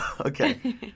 Okay